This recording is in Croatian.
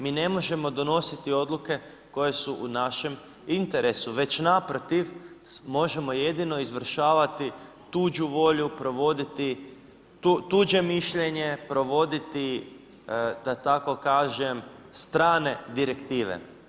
Mi ne možemo donositi odluke koje su u našem interesu već naprotiv možemo jedino izvršavati tuđu volju, provoditi tuđe mišljenje, provoditi da tako kažem strane direktive.